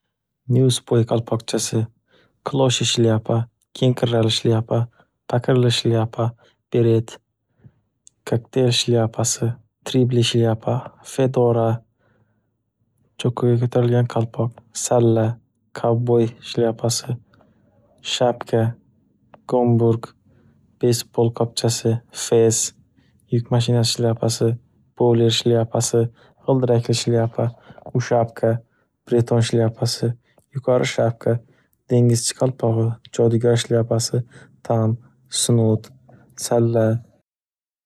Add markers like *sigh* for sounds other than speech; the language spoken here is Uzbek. Nyuvs poe qolpoqchasi, kloshi shlyapa, kenkirrali shlyapa, paqirli shlyapa, beret, kokteyl shlyapasi, tribli shlyapa, fedora, chokuga ko'tarilgan qalpoq, salla, kovboy shlyapasi, *noise* shapka, *noise* gomburg, beysbol qopchasi, fez, yuk mashinasi shlyapasi, povler shlyapasi, qildirakli shlyapa, *noise* ushapka, preton shlyapasi, yuqori shapka, dengizchi qalpog'i, jodugar shlyapasi, tam, snud, salla.